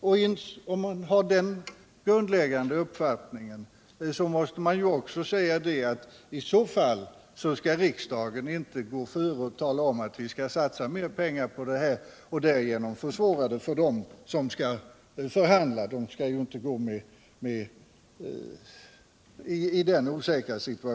Om man har denna grundläggande uppfattning måste man också säga sig att iså fall skall riksdagen inte gå före och tala om att vi skall satsa mera pengar på detta område och därigenom försvåra det för dem som skall förhandla.